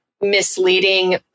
misleading